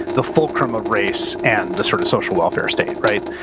the fulcrum of race and the sort of social welfare state, right?